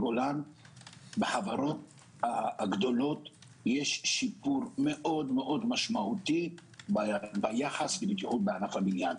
בחברות הגדולות יש שיפור מאוד משמעותי ביחס לבטיחות בענף הבנייה,